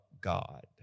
God